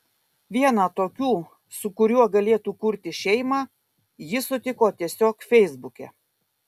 vieną tokių su kuriuo galėtų kurti šeimą ji sutiko tiesiog feisbuke